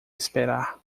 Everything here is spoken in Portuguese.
esperar